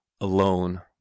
alone